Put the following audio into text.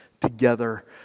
together